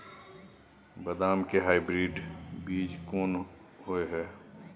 बदाम के हाइब्रिड बीज कोन होय है?